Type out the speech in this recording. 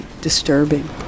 disturbing